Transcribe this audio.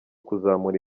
kuzamura